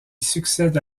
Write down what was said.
succède